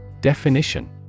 Definition